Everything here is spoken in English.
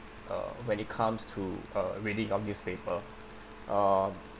uh when it comes to uh reading of newspaper uh